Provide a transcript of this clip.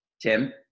Tim